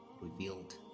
revealed